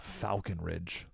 falconridge